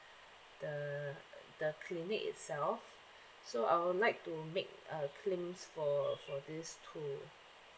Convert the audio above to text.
the the clinic itself so I would like to make uh claims for for this too